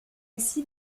aussi